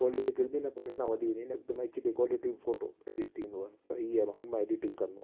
quality किरंदी न पाण अञा वधी वेंदी हिन में हिकदमि एचडी क्वालिटी में फ़ोटो एडिट थी वेंदो आहे त हीअ मां होम मां एडिटिंग कंदो आहियां